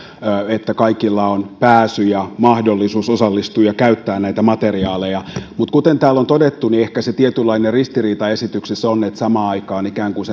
että kaikilla on pääsy näihin ja mahdollisuus osallistua ja käyttää näitä materiaaleja mutta kuten täällä on todettu ehkä se tietynlainen ristiriita esityksessä on että samaan aikaan ikään kuin